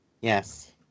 yes